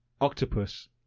Octopus